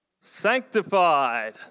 sanctified